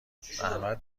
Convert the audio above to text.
زحمت